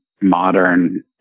modern